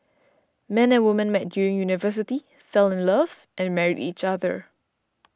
man and woman met during university fell in love and married each other